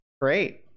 Great